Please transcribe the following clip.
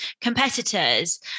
competitors